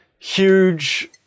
Huge